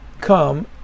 come